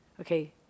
Okay